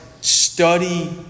study